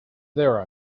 there